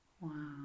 Wow